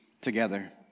together